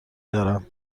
دارم